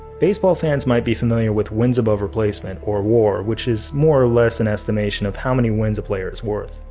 baseball fans might be familiar with wins above replacement or war, which is more or less an estimation of how many wins a player's worth.